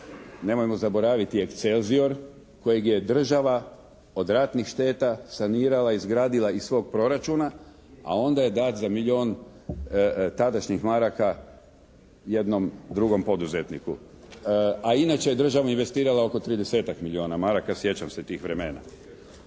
nemojmo zaboraviti "Ekscelzior" kojeg je država od ratnih šteta sanirala, izgradila iz svog proračuna, a onda je dat za milijon tadašnjih maraka jednom drugom poduzetniku, a inače je država investirala oko 30-tak milijona maraka, sjećam se tih vremena.